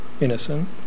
innocent